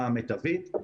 מיטבית.